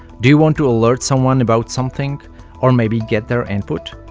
do you want to alert someone about something or maybe get their input?